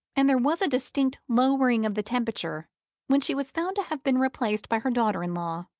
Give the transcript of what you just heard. and there was a distinct lowering of the temperature when she was found to have been replaced by her daughter-in-law.